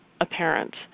apparent